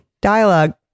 dialogue